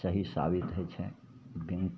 सही साबित होइ छै बैँक